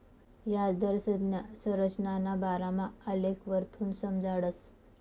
याजदर संज्ञा संरचनाना बारामा आलेखवरथून समजाडतस